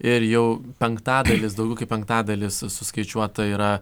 ir jau penktadalis daugiau kaip penktadalis suskaičiuota yra